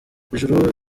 ijuru